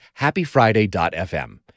happyfriday.fm